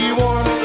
warm